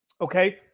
okay